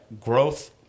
growth